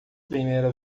primeira